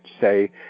say